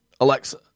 Alexa